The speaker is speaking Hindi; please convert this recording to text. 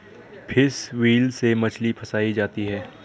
फिश व्हील से मछली फँसायी जाती है